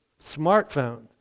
smartphone